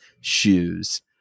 shoes